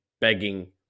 begging